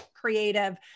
creative